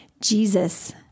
Jesus